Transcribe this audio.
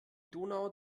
donau